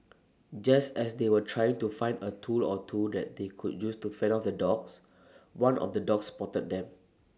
just as they were trying to find A tool or two that they could use to fend off the dogs one of the dogs spotted them